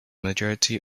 majority